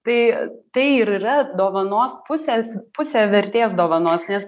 tai tai ir yra dovanos pusės pusė vertės dovanos nes